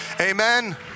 Amen